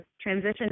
transition